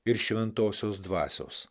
ir šventosios dvasios